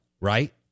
right